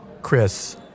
Chris